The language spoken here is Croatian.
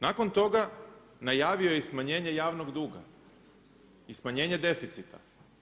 Nakon toga najavio je i smanjenje javnog duga i smanjenje deficita.